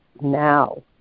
now